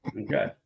Okay